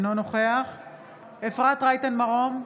אינו נוכח אפרת רייטן מרום,